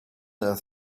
earth